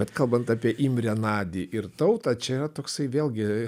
bet kalbant apie imrę nadį ir tautą čia yra toksai vėlgi